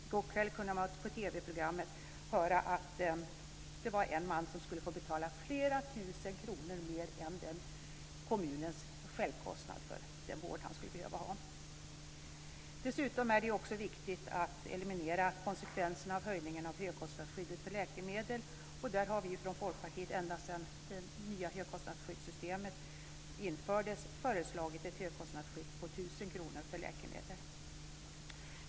I går kväll kunde man på TV programmet höra att en man skulle få betala flera tusen kronor mer än vad som motsvarade kommunens självkostnad för den vård som han skulle behöva ha. Dessutom är det viktigt att eliminera konsekvenserna av höjningen av högkostnadsskyddet för läkemedel. Vi har från Folkpartiets sida, ända sedan det nya högkostnadsskyddssystemet infördes, föreslagit ett högkostnadsskydd på 1 000 kr för läkemedel.